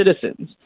citizens